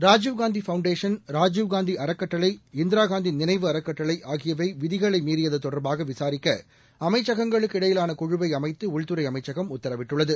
Rajiv Gandhi foundation ராஜீவ்காந்திஅறக்கட்டளை இந்திராகாந்திநினைவு அறக்கட்டளை ஆகியவைவிதிகளைமீறியதுதொடர்பாகவிசாரிக்கஅமைச்சகங்களுக்கு இடையிலானகுழுவைஅமைத்துஉள்துறைஅமைச்சகம் உத்தரவிட்டுள்ளது